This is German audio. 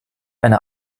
eine